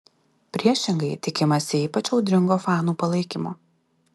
priešingai tikimasi ypač audringo fanų palaikymo